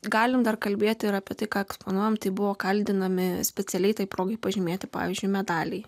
galime dar kalbėti ir apie tai ką eksponuojame tai buvo kaldinami specialiai tai progai pažymėti pavyzdžiui medaliai